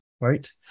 right